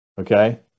okay